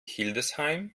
hildesheim